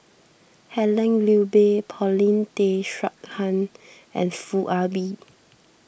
Helen Gilbey Paulin Tay Straughan and Foo Ah Bee